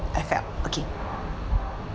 I felt okay